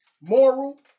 Moral